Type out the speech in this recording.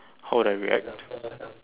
how would I react